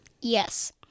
yes